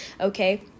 Okay